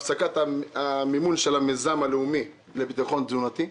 הפסקת מימון המיזם הלאומי לביטחון תזונתי.